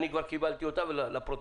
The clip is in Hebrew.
שאני כבר קיבלתי אותה לפרוטוקול.